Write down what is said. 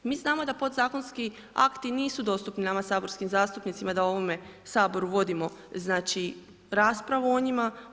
znamo da podzakonski akti nisu dostupni nama saborskim zastupnicima da u ovome Saboru vodimo znači raspravu o njima.